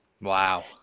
Wow